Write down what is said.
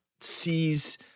sees